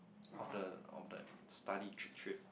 of the of the study trip